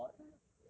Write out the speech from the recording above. I'm hot